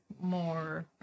more